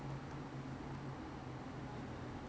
the building the building 因为它的 earth